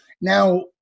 Now